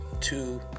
two